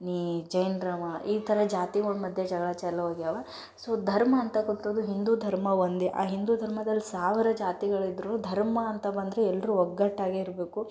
ನೀ ಜೈನರವ ಈ ಥರ ಜಾತಿಗಳ ಮಧ್ಯೆ ಜಗಳ ಚಾಲೂ ಆಗ್ಯಾವೆ ಸೊ ಧರ್ಮ ಅಂತ ಹಿಂದೂ ಧರ್ಮ ಒಂದೇ ಆ ಹಿಂದೂ ಧರ್ಮದಲ್ಲಿ ಸಾವಿರ ಜಾತಿಗಳು ಇದ್ರೂ ಧರ್ಮ ಅಂತ ಬಂದರೆ ಎಲ್ಲರೂ ಒಗ್ಗಟ್ಟಾಗೇ ಇರಬೇಕು